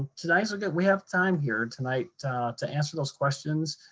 tonight's a good, we have time here tonight to answer those questions.